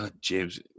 James